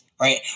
right